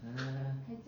!huh!